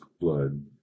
blood